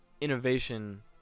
innovation